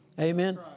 Amen